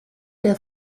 der